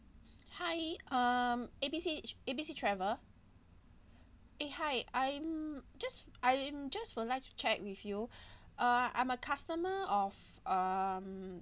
hi um A B C A B C travel eh hi I'm just I'm just would like to check with you uh I'm a customer of um